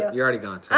ah you're already gone.